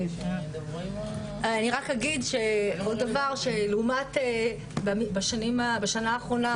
אגיד עוד דבר שלעומת בשנה האחרונה,